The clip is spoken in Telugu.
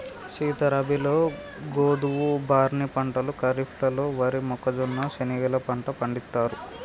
సీత రబీలో గోధువు, బార్నీ పంటలు ఖరిఫ్లలో వరి, మొక్కజొన్న, శనిగెలు పంట పండిత్తారు